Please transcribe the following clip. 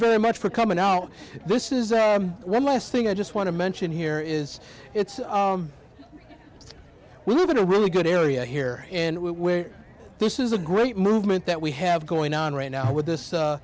very much for coming out this is one last thing i just want to mention here is we live in a really good area here and we where this is a great movement that we have going on right now with this